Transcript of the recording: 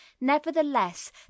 nevertheless